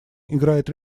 играет